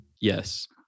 Yes